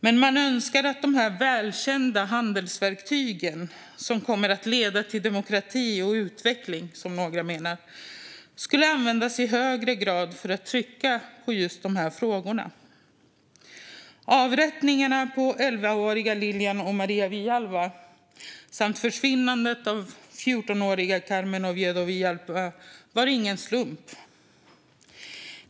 Men man önskar att dessa välkända handelsverktyg, som några menar kommer att leda till demokrati och utveckling, skulle användas i högre grad för att trycka på i just de här frågorna. Avrättningarna av 11-åriga Lilian och María Villalba och försvinnandet av 14-åriga Carmen Oviedo Villalba var ingen slump.